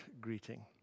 greeting